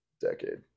decade